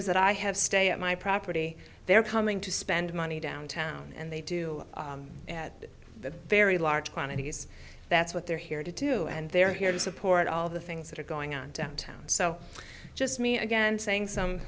is that i have stay at my property they are coming to spend money downtown and they do the very large quantities that's what they're here to do and they are here to support all the things that are going on downtown so just me again saying some